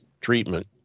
treatment